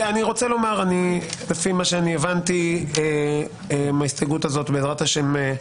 לפי מה שהבנתי, ההסתייגות הזאת, בעזרת השם,